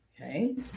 okay